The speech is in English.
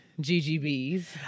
GGBs